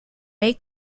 may